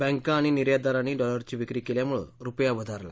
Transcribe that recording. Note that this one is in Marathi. बँका आणि निर्यातदारांनी डॉलरची विक्री केल्यामुळे रुपया वधारला